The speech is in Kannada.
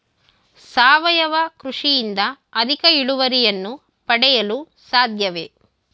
ಸಾವಯವ ಕೃಷಿಯಿಂದ ಅಧಿಕ ಇಳುವರಿಯನ್ನು ಪಡೆಯಲು ಸಾಧ್ಯವೇ?